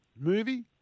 movie